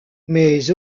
mais